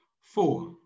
Four